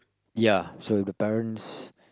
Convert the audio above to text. ya so if the parents